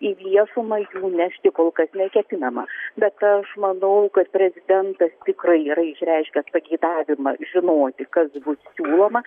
į viešumą jų nešti kol kas neketinama bet aš manau kad prezidentas tikrai yra išreiškęs pageidavimą žinoti kas bus siūloma